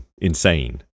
insane